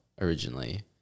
originally